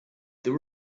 there